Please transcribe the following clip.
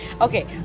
Okay